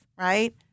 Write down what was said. right